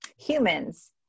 humans